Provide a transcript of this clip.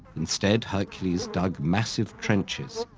instead, hercules dug massive trenches,